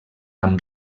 amb